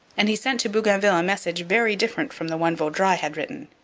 and he sent to bougainville a message very different from the one vaudreuil had written.